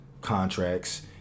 contracts